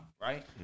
right